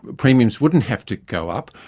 premiums wouldn't have to go up.